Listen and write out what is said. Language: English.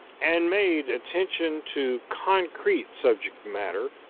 and made attention to concrete subject matter,